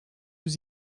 yüz